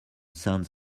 sons